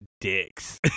dicks